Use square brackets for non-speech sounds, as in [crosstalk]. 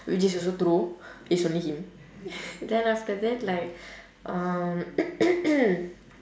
which is also true is only him [laughs] then after that like um [coughs]